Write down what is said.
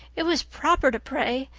it was proper to pray,